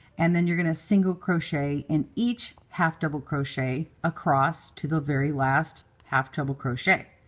and then you're going to single crochet in each half double crochet across to the very last half double crochet.